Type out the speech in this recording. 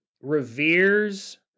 reveres